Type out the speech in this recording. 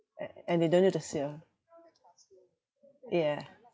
a~ and they don't need this year yeah